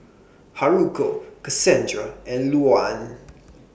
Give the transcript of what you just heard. Haruko Cassandra and Louann